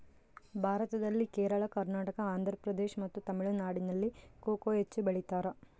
ಭಾರತದಲ್ಲಿ ಕೇರಳ, ಕರ್ನಾಟಕ, ಆಂಧ್ರಪ್ರದೇಶ್ ಮತ್ತು ತಮಿಳುನಾಡಿನಲ್ಲಿ ಕೊಕೊ ಹೆಚ್ಚು ಬೆಳಿತಾರ?